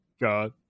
God